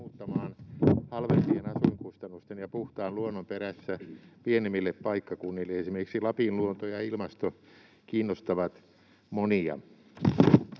muuttamaan halvempien asuinkustannusten ja puhtaan luonnon perässä pienemmille paikkakunnille. Esimerkiksi Lapin luonto ja ilmasto kiinnostavat monia.